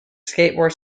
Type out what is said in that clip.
skateboard